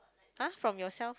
!huh! from yourself